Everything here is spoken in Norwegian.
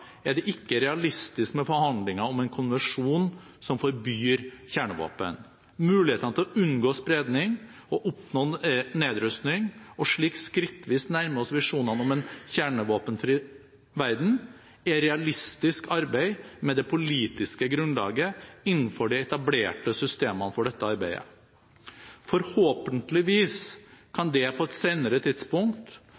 er det ikke realistisk med forhandlinger om en konvensjon som forbyr kjernevåpen. Mulighetene til å unngå spredning og oppnå nedrustning og slik skrittvis nærme oss visjonene om en kjernevåpenfri verden, er realistisk arbeid med det politiske grunnlaget man har innenfor de etablerte systemene for dette arbeidet. Forhåpentligvis kan